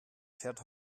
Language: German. fährt